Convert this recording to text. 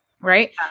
right